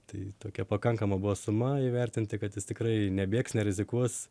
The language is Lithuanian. tai tokia pakankama buvo suma įvertinti kad jis tikrai nebėgs nerizikuos